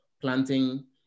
planting